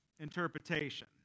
interpretation